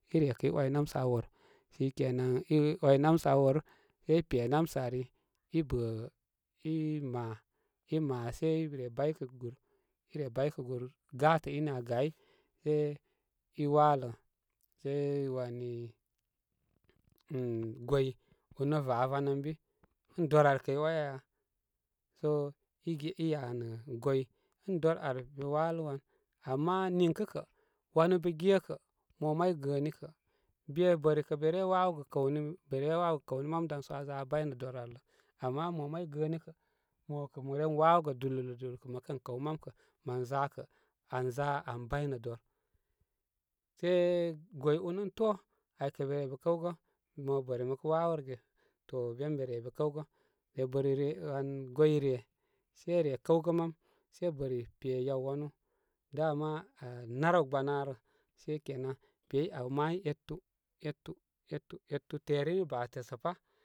I re kə i wai namsə' aa wor shikenan, i wai namsə aa wor, i pe namsə ari i bə, i ma i ma sai i re baykə' gur, i re baykə gur gatə inə aa gay sə i walə sai waninim gwoi ur nə vaavan ən bi ən dor ar kə i wai aya sə i ge i yanə' gwoi ən dor ar be waləwan ama niŋkə' kə' wanu be ge kə' mo may gəəni kə be bəri kə' be wawəgə kəwni be re wawəgə kəwni mam dansə aa za aa baynə donar lə, ama mo may gəəni kə' mo mə ren wawəgə dululu, dululu kə mə kən kəw mam kə mə za kə' an za an baynə don sə gwoi ur nə ən to aykə be re be kəwgə', mo bəri mə kə wawərə ge to ben be re bə kəw gə de bəri re, mini gwoi re se re kəwgə mam se bari pe yaw wanu dama anarawgbanarə. Se kena pey aw may etu, etu, etu, etu, terimi bate sə pa.